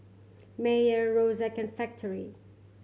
Mayer Xorex and Factorie